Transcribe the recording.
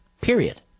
Period